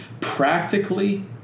practically